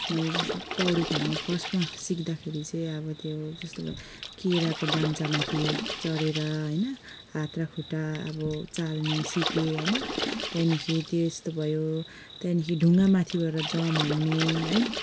मैले जस्तो पौडी खेल्नु फर्स्टमा सिक्दाखेरि चाहिँ अब त्यो जस्तो केराको दाम्चामाथि चढेर होइन हात र खुट्टा अब चाल्ने सिकेँ होइन त्यहाँदेखि त्यस्तो भयो त्यहाँदेखि ढुङ्गामाथिबाट जम्प हान्ने है